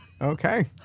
Okay